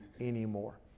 anymore